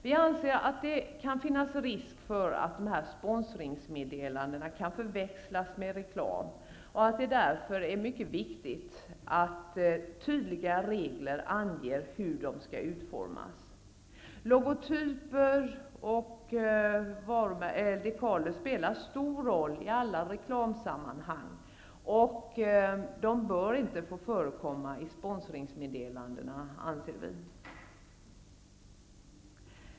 Vi anser att det kan finnas risk för att sponsringsmeddelandena kan förväxlas med reklam. Det är därför viktigt att tydliga regler anger hur de skall utformas. Logotyper och dekaler spelar en stor roll i alla reklamsammanhang, och de bör inte få förekomma i sponsringsmeddelandena.